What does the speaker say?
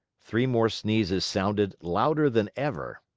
three more sneezes sounded, louder than ever.